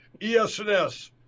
ESNS